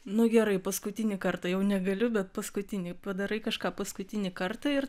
nu gerai paskutinį kartą jau negaliu bet paskutinį padarai kažką paskutinį kartą ir